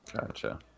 gotcha